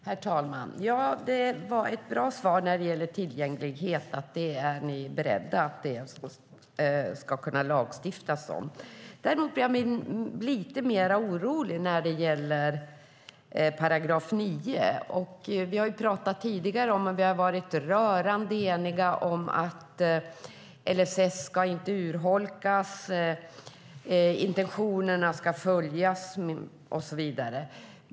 Herr talman! Det var ett bra svar när det gäller tillgänglighet, alltså att ni är beredda att lagstifta om det. Däremot blir jag lite mer orolig när det gäller § 9. Vi har tidigare varit rörande eniga om att LSS inte ska urholkas, att intentionerna ska följas och så vidare.